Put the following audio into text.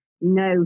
no